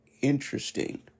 interesting